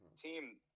team